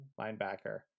linebacker